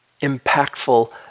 impactful